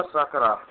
Sakara